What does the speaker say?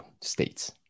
states